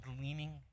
leaning